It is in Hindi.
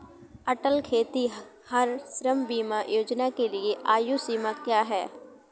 अटल खेतिहर श्रम बीमा योजना के लिए आयु सीमा क्या है?